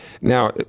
now